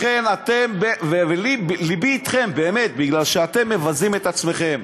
לכן לבי אתכם, באמת, כי אתם מבזים את עצמכם.